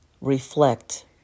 reflect